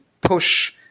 push